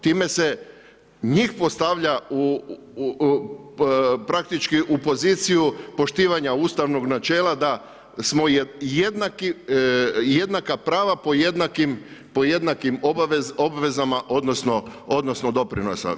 Time se njih postavlja praktički u poziciju poštivanja ustavnog načela da smo jednaka prava po jednakim obvezama odnosno doprinosima.